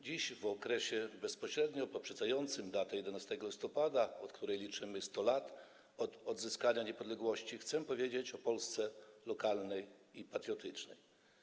Dziś, w okresie bezpośrednio poprzedzającym datę 11 listopada, od której liczymy 100 lat od odzyskania niepodległości, chcę powiedzieć o Polsce lokalnej i patriotycznej.